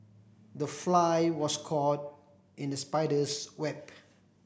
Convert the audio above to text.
the fly was caught in the spider's web